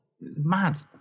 mad